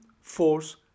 force